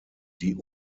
die